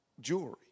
jewelry